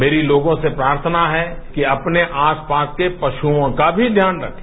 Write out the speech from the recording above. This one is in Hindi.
मेरी लोगों से प्रार्थना है कि अपने आसपास के पशुओं का भी ध्यान रखें